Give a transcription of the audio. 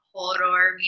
Horror